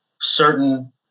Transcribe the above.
certain